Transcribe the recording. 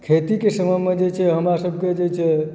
खेतीके समयमे जे छै हमरा सबकेँ जे छै